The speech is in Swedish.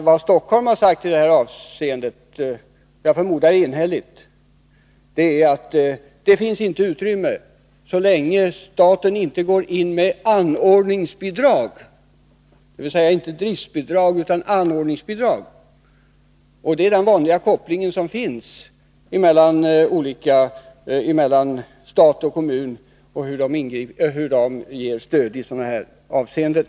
Vad Stockholms kommun har sagt — enhälligt, förmodar jag — är att det inte finns utrymme så länge staten inte går in med anordningsbidrag, dvs. inte driftbidrag. Det är den vanliga kopplingen mellan stat och kommun när det gäller hur de ger stöd i sådana här avseenden.